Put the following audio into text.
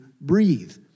breathe